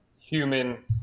human